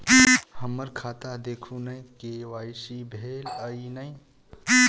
हम्मर खाता देखू नै के.वाई.सी भेल अई नै?